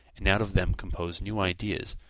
and out of them compose new ideas,